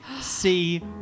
see